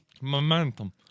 Momentum